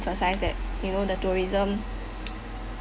emphasise that you know the tourism